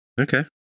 okay